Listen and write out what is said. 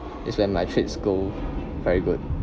is when my fits go very good